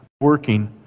working